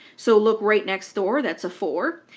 so look right next door. that's a four.